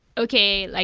okay. like